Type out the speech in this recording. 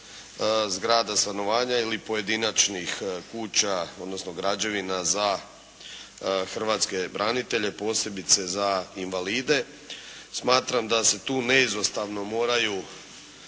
zgrada stanovanja ili pojedinačnih kuća, odnosno građevina za hrvatske branitelje, posebice za invalide. Smatram da se tu neizostavno moraju